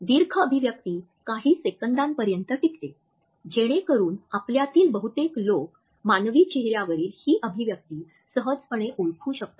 दीर्घ अभिव्यक्ती काही सेकंदांपर्यंत टिकते जेणेकरून आपल्यातील बहुतेक लोक मानवी चेहऱ्यावरील ही अभिव्यक्ती सहजपणे ओळखू शकतात